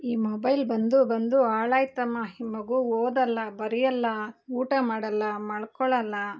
ಈ ಮೊಬೈಲ್ ಬಂದು ಬಂದು ಹಾಳಾಯ್ತಮ್ಮ ಈ ಮಗು ಓದಲ್ಲ ಬರಿಯಲ್ಲ ಊಟ ಮಾಡಲ್ಲ ಮಲ್ಕೊಳಲ್ಲ